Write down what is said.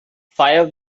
five